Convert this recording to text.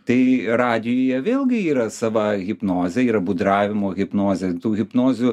tai radijuje vėlgi yra sava hipnozė yra būdravimo hipnozė hipnozių